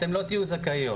אתן לא תהיו זכאיות,